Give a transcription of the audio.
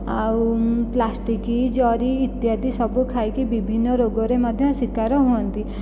ଆଉ ପ୍ଲାଷ୍ଟିକି ଜରି ଇତ୍ୟାଦି ସବୁ ଖାଇକି ବିଭିନ୍ନ ରୋଗରେ ମଧ୍ୟ ଶିକାର ହୁଅନ୍ତି